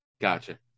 Gotcha